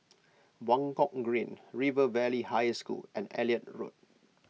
Buangkok Green River Valley High School and Elliot Road